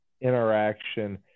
interaction